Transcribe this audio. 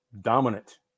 dominant